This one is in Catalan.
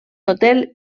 hotel